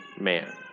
man